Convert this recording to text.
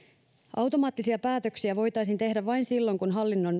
automaattisia päätöksiä voitaisiin tehdä vain silloin kun